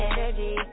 Energy